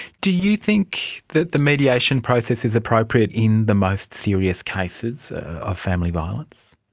do you think that the mediation process is appropriate in the most serious cases of family violence?